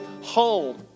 home